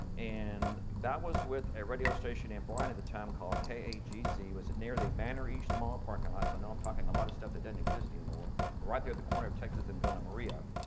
and that was with a radio station and bryan at the time called kagc was near the manor east mall parking lot, so i know i'm talking a lot of stuff that doesn't exist anymore but right there at the corner of texas and villa maria.